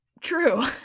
True